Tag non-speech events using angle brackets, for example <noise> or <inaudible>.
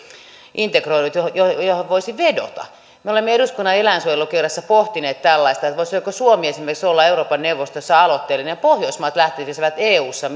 integroinut johon johon voisi vedota me olemme eduskunnan eläinsuojelukerhossa pohtineet tällaista että voisiko suomi olla esimerkiksi euroopan neuvostossa aloitteellinen ja pohjoismaat lähtisivät eussa <unintelligible>